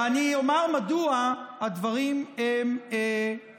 ואני אומר מדוע הדברים נדרשים: